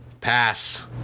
pass